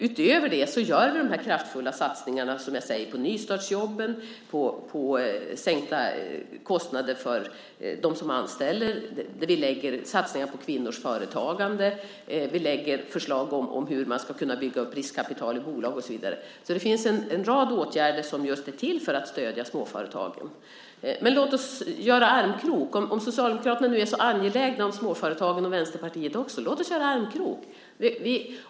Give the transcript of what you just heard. Utöver detta gör vi de kraftfulla satsningar som jag nämnde på nystartsjobb, på sänkta kostnader för dem som anställer och kvinnors företagande. Vi lägger fram förslag om hur man ska kunna bygga upp riskkapital i bolag och så vidare. Det finns alltså en rad åtgärder som är till just för att stödja småföretagen. Men om nu Socialdemokraterna och även Vänsterpartiet är så angelägna om småföretagen, låt oss göra armkrok!